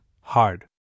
hard